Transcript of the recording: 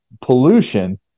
pollution